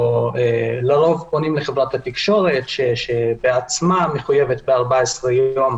לרוב פונים לחברת התקשורת שבעצמה מחויבת ב-14 יום,